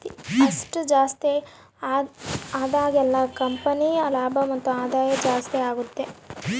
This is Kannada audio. ಅಸೆಟ್ ಜಾಸ್ತಿ ಆದಾಗೆಲ್ಲ ಕಂಪನಿ ಲಾಭ ಮತ್ತು ಆದಾಯ ಜಾಸ್ತಿ ಆಗುತ್ತೆ